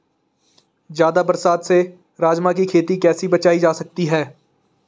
ज़्यादा बरसात से राजमा की खेती कैसी बचायी जा सकती है?